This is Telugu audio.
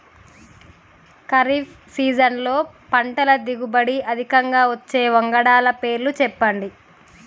ఖరీఫ్ సీజన్లో పంటల దిగుబడి అధికంగా వచ్చే వంగడాల పేర్లు చెప్పండి?